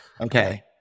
Okay